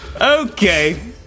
Okay